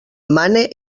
mane